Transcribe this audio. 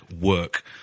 work